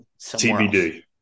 TBD